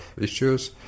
issues